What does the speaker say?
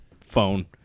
phone